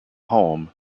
home